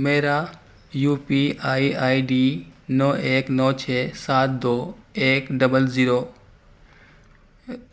میرا U P I D نو ایک نو چھ سات دو ایک ڈبل زیرو